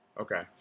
okay